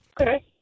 Okay